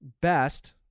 best